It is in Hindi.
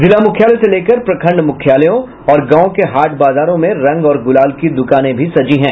जिला मुख्यालय से लेकर प्रखंड मुख्यालयों और गांवों के हाट बाजारों में रंग और गुलाल की दुकानें भी सजी हैं